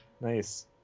Nice